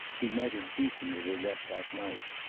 he might have beaten her to death that night.